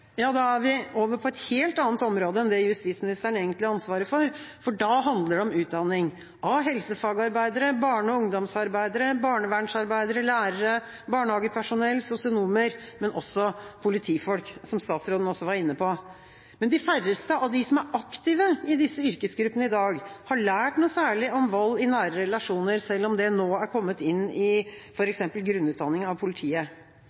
Da er vi over på et helt annet område enn det justisministeren egentlig har ansvaret for, da handler det om utdanning – av helsefagarbeidere, barne- og ungdomsarbeidere, barnevernsarbeidere, lærere, barnehagepersonell, sosionomer, men også av politifolk – som også statsråden var inne på. Men de færreste av dem som er aktive i disse yrkesgruppene i dag, har lært noe særlig om vold i nære relasjoner, selv om dette nå er kommet inn i f.eks. grunnutdanninga av